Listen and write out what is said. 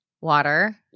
water